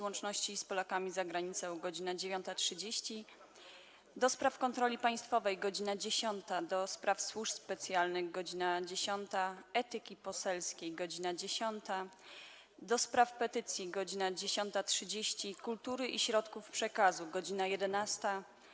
Łączności z Polakami za Granicą - godz. 9.30, - do Spraw Kontroli Państwowej - godz. 10, - do Spraw Służb Specjalnych - godz. 10, - Etyki Poselskiej - godz. 10, - do Spraw Petycji - godz. 10.30, - Kultury i Środków Przekazu - godz. 11,